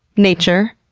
nature.